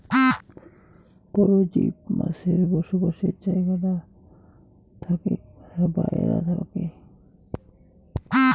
পরজীব মাছের বসবাসের জাগাটা থাকে বায়রা পাকে